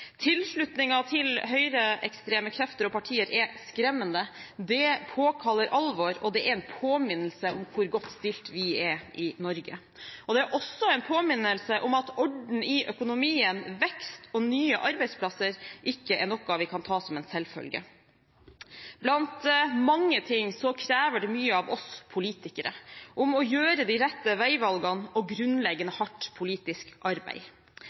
til høyreekstreme krefter og partier er skremmende. Det påkaller alvor, og det er en påminnelse om hvor godt stilt vi er i Norge. Det er også en påminnelse om at orden i økonomien, vekst og nye arbeidsplasser er noe vi ikke kan ta som en selvfølge. Blant mange ting krever dette mye av oss politikere for å gjøre de rette veivalgene og grunnleggende hardt politisk arbeid.